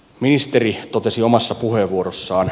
ministeri totesi omassa puheenvuorossaan